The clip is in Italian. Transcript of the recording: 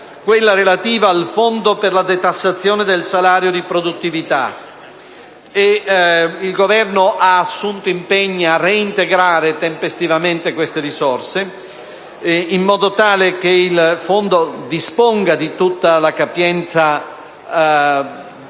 quella relativa al fondo per la detassazione del salario di produttività. Il Governo ha assunto impegni a reintegrare tempestivamente tali risorse, in modo che il fondo disponga di tutta la capienza ipotizzata